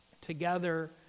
together